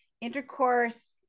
intercourse